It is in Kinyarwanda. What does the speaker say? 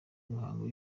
imihango